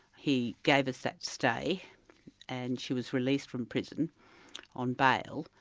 he gave us that stay and she was released from prison on bail,